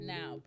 Now